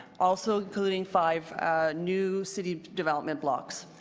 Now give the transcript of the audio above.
also including five new city development blocks.